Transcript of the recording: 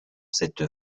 cette